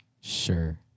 Sure